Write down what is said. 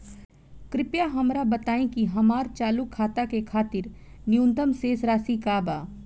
कृपया हमरा बताइ कि हमार चालू खाता के खातिर न्यूनतम शेष राशि का बा